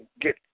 get